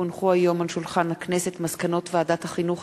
כי הונחו היום על שולחן הכנסת מסקנות ועדת החינוך,